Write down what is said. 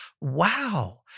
wow